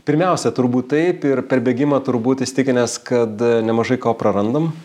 pirmiausia turbūt taip ir per bėgimą turbūt įsitikinęs kad nemažai ko prarandame